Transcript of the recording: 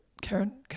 Karen